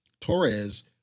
Torres